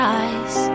eyes